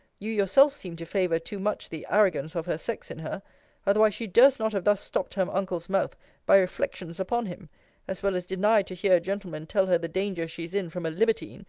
you yourself seem to favour too much the arrogance of her sex in her otherwise she durst not have thus stopped her uncle's mouth by reflections upon him as well as denied to hear a gentleman tell her the danger she is in from a libertine,